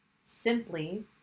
simply